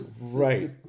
Right